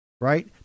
Right